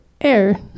air